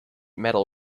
metal